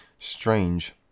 strange